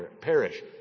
perish